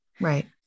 Right